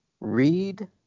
read